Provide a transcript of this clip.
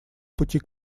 пути